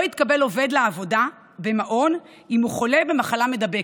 לא יתקבל עובד לעבודה במעון אם הוא חולה במחלה מדבקת,